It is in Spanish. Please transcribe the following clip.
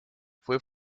fue